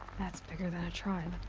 that's bigger than a tribe.